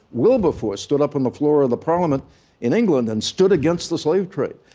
wilberforce stood up in the floor of the parliament in england and stood against the slave trade.